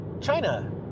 China